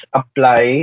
apply